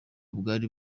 bwari